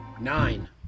nine